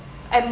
and